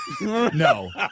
No